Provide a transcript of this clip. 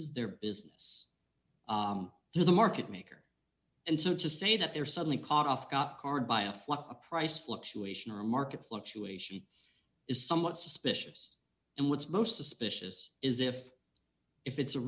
is their business through the market maker and so to say that they're suddenly caught off guard by a flood a price fluctuation our market fluctuation is somewhat suspicious and what's most suspicious is if if it's